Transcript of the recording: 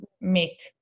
make